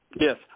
Yes